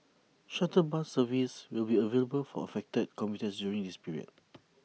shuttle bus service will be available for affected commuters during this period